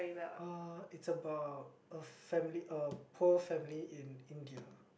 uh it's about a family a poor family in India